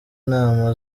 nama